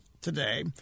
today